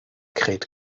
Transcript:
kräht